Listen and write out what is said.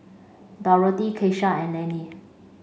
Dorthey Keisha and Lannie